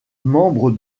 membre